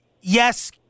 yes